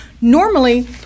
normally